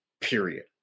period